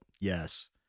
Yes